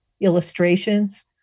illustrations